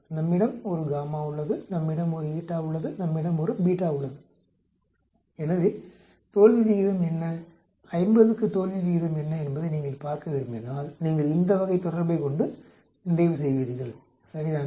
நம்மிடம் ஒரு உள்ளது நம்மிடம் ஒரு உள்ளது நம்மிடம் ஒரு உள்ளது எனவே தோல்வி விகிதம் என்ன 50 க்கு தோல்வி விகிதம் என்ன என்பதை நீங்கள் பார்க்க விரும்பினால் நீங்கள் இந்த வகை தொடர்பைக் கொண்டு நிறைவு செய்வீர்கள் சரிதானே